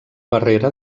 barrera